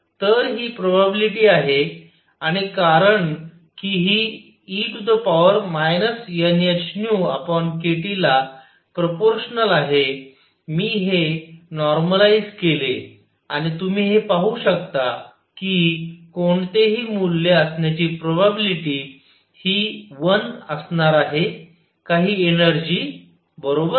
तर ही प्रोबॅबिलिटी आहे आणि कारण कि हि e nhνkT ला प्रोपोर्शनल आहे मी हे नॉर्मलाईझ केले आणि तुम्ही हे पाहू शकता की कोणतेही मूल्य असण्याची प्रोबॅबिलिटी हि वन असणार आहे काही एनर्जी बरोबर